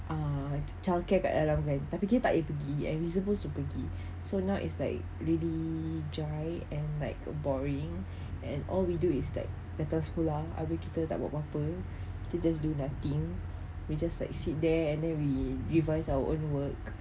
uh childcare kat dalam kan tapi kita tak dapat pergi and we suppose to pergi so now it's like really dry and like err boring and all we do is like datang school lah habis kita tak buat apa-apa kita just do nothing we just like sit there and then we revise our own work